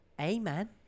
Amen